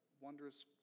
wondrous